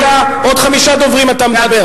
עוד חמישה דוברים אתה מדבר.